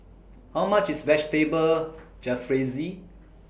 How much IS Vegetable Jalfrezi